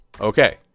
Okay